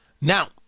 Now